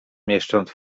mieszcząc